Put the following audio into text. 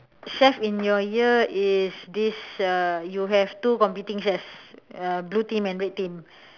chef in your ear is this uh you have two competing chefs uh blue team and red team